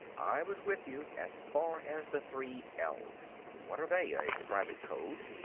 i was with you as far as the three l's. what are they? a private code?